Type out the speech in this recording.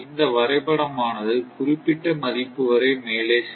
இந்த வரைபடமானது குறிப்பிட்ட மதிப்பு வரை மேலே செல்லும்